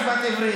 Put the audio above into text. למדתי משפט עברי.